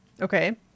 Okay